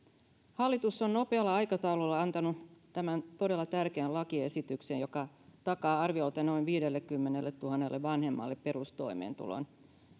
hallitus on nopealla aikataululla antanut tämän todella tärkeän lakiesityksen joka takaa arviolta noin viidellekymmenelletuhannelle vanhemmalle perustoimeentulon